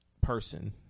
person